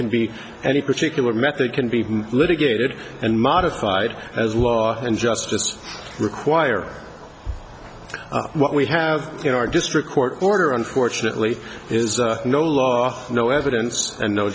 be any particular method can be litigated and modified as law and justice require what we have in our district court order unfortunately is no law no evidence and no